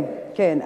כן.